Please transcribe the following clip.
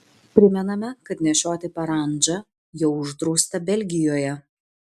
primename kad nešioti parandžą jau uždrausta belgijoje